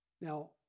Now